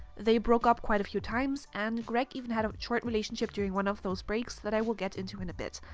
they broke up quite a few times, and greg even had a short relationship during one of those breaks that i will get into in a bit.